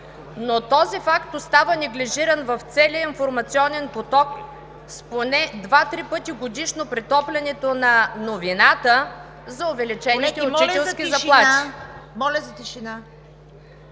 но този факт остава неглижиран в целия информационен поток с поне два-три пъти годишно претопляне на новините за увеличение на учителските заплати. С това